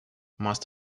most